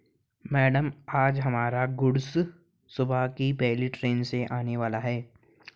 madam आज हमारा goods सुबह की पहली ट्रैन से आने वाला है